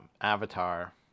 avatar